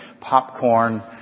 popcorn